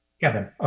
Kevin